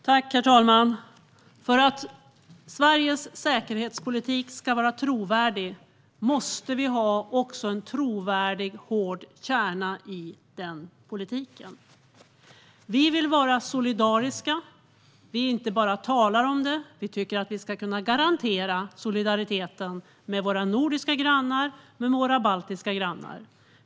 Herr talman! För att Sveriges säkerhetspolitik ska vara trovärdig måste vi också ha en trovärdig och hård kärna i den politiken. Vi vill vara solidariska. Vi talar inte bara om det; vi tycker att vi ska kunna garantera solidariteten med våra nordiska grannar och med våra baltiska grannar.